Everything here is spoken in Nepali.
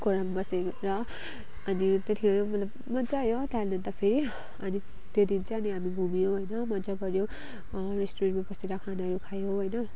घोडामा बसेर अनि त्यतिखेर मलाई मज्जा आयो त्यहाँदेखि त फेरि अनि त्यो दिन चाहिँ अनि हामी घुम्यो होइन मज्जा गऱ्यो रेस्टुरेन्टमा पसेर खानाहरू खायो होइन